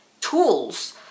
tools